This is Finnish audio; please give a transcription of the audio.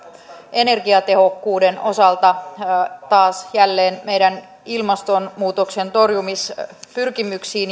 energiatehokkuuden osalta taas jälleen meidän ilmastonmuutoksen torjumispyrkimyksiin